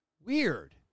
Weird